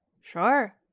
sure